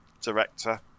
director